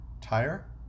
Tire